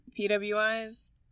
PWIs